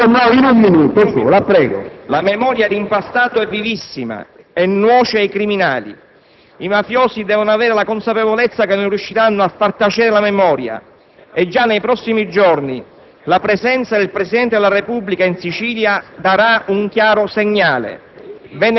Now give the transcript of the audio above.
La memoria di Impastato è vivissima e nuoce ai criminali. I mafiosi devono avere la consapevolezza che non riusciranno a far tacere la memoria e già nei prossimi giorni la presenza del Presidente della Repubblica in Sicilia darà un chiaro segnale.